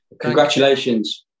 Congratulations